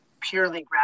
purely